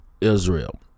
Israel